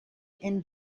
and